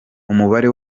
umubare